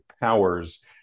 powers